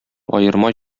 аерма